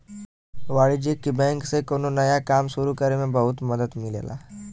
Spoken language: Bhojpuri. वाणिज्यिक बैंक से कौनो नया काम सुरु करे में बहुत मदद मिलेला